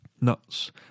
Nuts